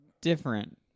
different